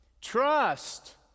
trust